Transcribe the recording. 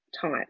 type